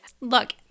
Look